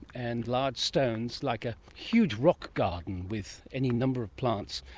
and large stones like a huge rock garden with any number of plants.